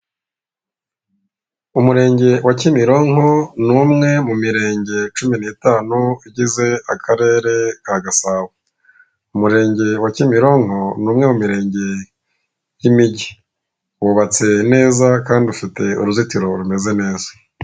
Umurenge wa kimironko ni umwe mu mirenge cumi n'itanu igize akarere ka gasabo; umurenge wa kimironko ni umwe mu mirenge y'imijyi wubatse neza kandi ufite uruzitiro rumeze neza.